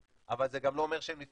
זה לא אומר שהם לא ייפתחו,